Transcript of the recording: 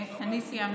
אני סיימתי.